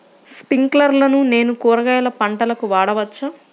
స్ప్రింక్లర్లను నేను కూరగాయల పంటలకు వాడవచ్చా?